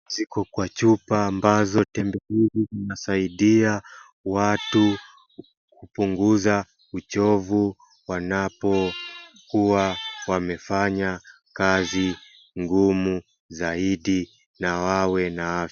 Ziko kwa chupa ambazo tembe hili zinasaidia watu kupunguza uchovu wanapokuwa wamefanya kazi ngumu zaidi na wawe na afya.